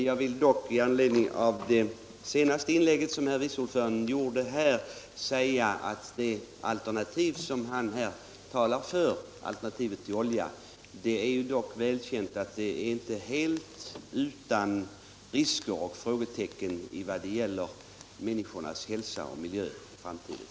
Jag vill dock med anledning av det senaste inlägget som herr vice ordföranden gjorde säga att det är välkänt att det alternativ som han talar för, alternativet till olja, inte är helt utan risker och frågetecken i vad gäller människors hälsa och miljö i framtiden.